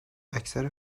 اکثر